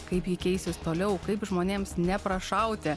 kaip ji keisis toliau kaip žmonėms neprašauti